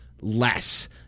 less